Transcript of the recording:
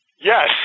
Yes